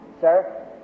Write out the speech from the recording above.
sir